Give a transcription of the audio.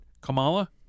Kamala